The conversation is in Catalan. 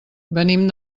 venim